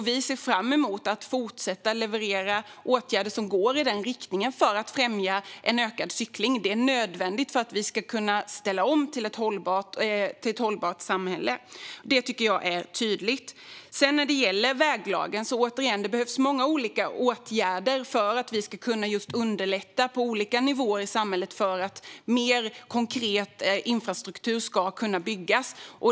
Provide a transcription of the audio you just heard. Vi ser fram emot att fortsätta leverera åtgärder som går i den riktningen för att främja en ökad cykling. Det är nödvändigt för att vi ska kunna ställa om till ett hållbart samhälle. Det tycker jag är tydligt. När det gäller frågan om väglagen kan jag säga att det behövs många olika åtgärder för att vi på olika nivåer i samhället ska kunna underlätta för att mer konkret infrastruktur ska kunna byggas.